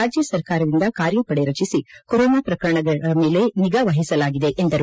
ರಾಜ್ಯ ಸರ್ಕಾರದಿಂದ ಕಾರ್ಯಪಡೆ ರಚಿಸಿ ಕೊರೊನಾ ಪ್ರಕರಣಗಳ ಮೇಲೆ ನಿಗಾ ವಹಿಸಲಾಗಿದೆ ಎಂದರು